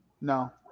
No